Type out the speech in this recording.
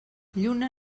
lluna